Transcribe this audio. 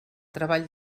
treball